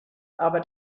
aber